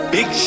Big